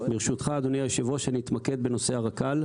ברשותך, אדוני היושב-ראש, אני אתמקד בנושא הרכ"ל.